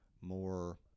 more